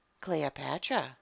Cleopatra